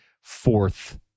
fourth